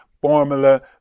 formula